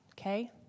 Okay